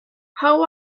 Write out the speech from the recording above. how